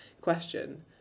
question